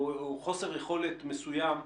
או חוסר יכולת מסוים,